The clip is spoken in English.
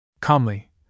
Calmly